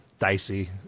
Dicey